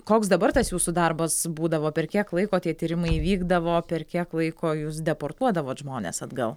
koks dabar tas jūsų darbas būdavo per kiek laiko tie tyrimai įvykdavo per kiek laiko jūs deportuodavot žmones atgal